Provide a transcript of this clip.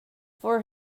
for